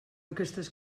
aquestes